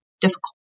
difficult